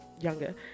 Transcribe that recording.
younger